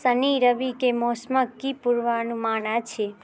शनि रविके मौसमके कि पूर्वानुमान अछि